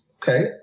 Okay